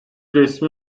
resmi